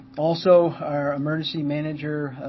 also our emergency manager